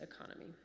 economy